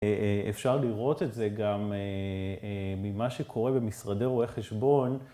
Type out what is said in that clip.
אפשר לראות את זה גם ממה שקורה במשרדי רואי חשבון.